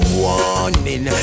warning